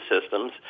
systems